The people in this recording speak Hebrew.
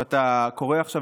ואתה קורא עכשיו,